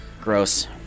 Gross